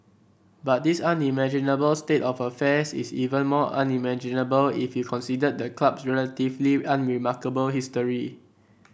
but this unimaginable state of affairs is even more unimaginable if you considered the club's relatively unremarkable history